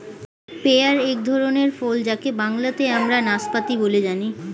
pair এক ধরনের ফল যাকে বাংলাতে আমরা নাসপাতি বলে জানি